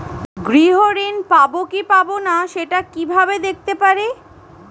গৃহ ঋণ পাবো কি পাবো না সেটা কিভাবে দেখতে পারি?